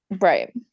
Right